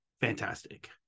fantastic